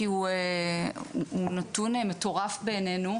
כי הוא נתון מטורף בעינינו,